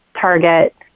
target